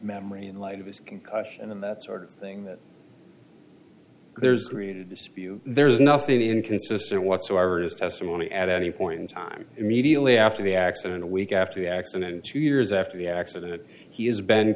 memory in light of his concussion and that sort of thing that there's created this view there's nothing inconsistent whatsoever is testimony at any point in time immediately after the accident a week after the accident two years after the accident he has been